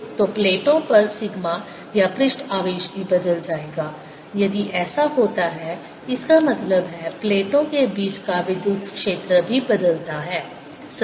तो प्लेटों पर सिग्मा या पृष्ठ आवेश भी बदल जाएगा यदि ऐसा होता है इसका मतलब है प्लेटों के बीच का विद्युत क्षेत्र भी बदलता है सही